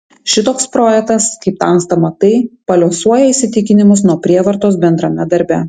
šitoks projektas kaip tamsta matai paliuosuoja įsitikinimus nuo prievartos bendrame darbe